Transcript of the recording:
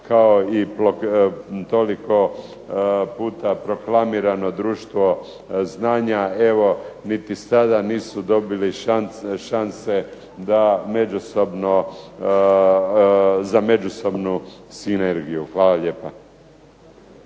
kao i toliko puta proklamirano društvo znanje, evo niti sada nisu dobili šanse za međusobnu sinergiju. Hvala lijepa.